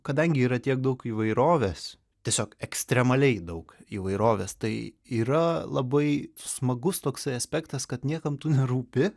kadangi yra tiek daug įvairovės tiesiog ekstremaliai daug įvairovės tai yra labai smagus toksai aspektas kad niekam nerūpi